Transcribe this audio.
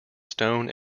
stone